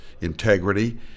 integrity